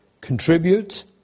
contribute